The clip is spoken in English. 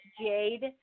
jade